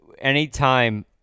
Anytime